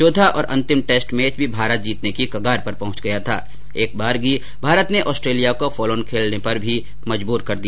चौथा और अंतिम टेस्ट मैच भी भारत जीतने की कगार पर पहुंच गया था एकबारगी भारत ने ऑस्ट्रेलिया को फॉलोओन खेलने पर मजबूर भी कर दिया